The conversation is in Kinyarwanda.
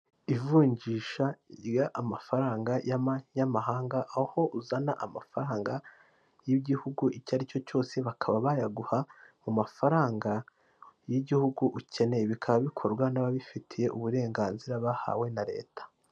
Ivunjisha ry'amafaranga y'amanyamahanga, aho uzana amafaranga y'igihugu icyo aricyo cyose, bakaba bayaguha mu mafaranga y'igihugu ukeneye, bikaba bikorwa n'ababifitiye uburenganzira bahawe na leta.